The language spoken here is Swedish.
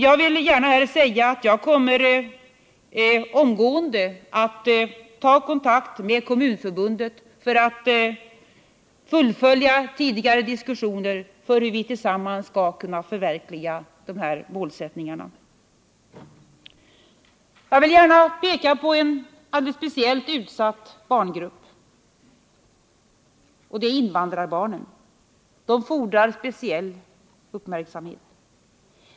Jag kommer att omgående ta kontakt med Kommunförbundet för att fullfölja tidigare diskussioner om hur vi tillsammans skall kunna förverkliga dessa målsättningar. Jag vill också peka på en speciellt utsatt barngrupp. Det är invandrarbarnen, och de fordrar särskild uppmärksamhet.